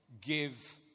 give